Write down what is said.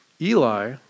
Eli